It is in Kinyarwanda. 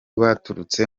baturutse